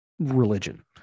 religion